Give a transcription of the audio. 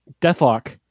Deathlock